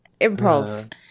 improv